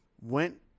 went